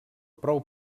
prou